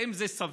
האם זה סביר?